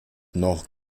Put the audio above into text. noch